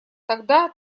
тогда